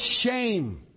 shame